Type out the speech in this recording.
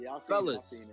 Fellas